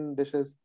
dishes